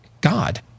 God